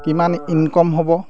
কিমান ইনকম হ'ব